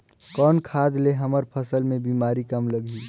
कौन खाद ले हमर फसल मे बीमारी कम लगही?